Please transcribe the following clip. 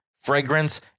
fragrance